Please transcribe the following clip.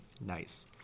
Nice